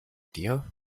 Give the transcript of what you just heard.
dir